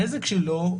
הנזק שלו,